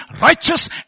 righteous